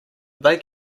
they